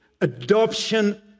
adoption